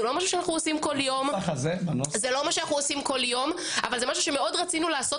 זה לא משהו שאנחנו עושים כל יום אבל זה משהו שמאוד רצינו לעשות